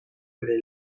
bere